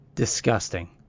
Disgusting